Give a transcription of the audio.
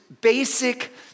basic